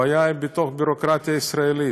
הבעיה היא בביורוקרטיה הישראלית.